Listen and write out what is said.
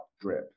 Drip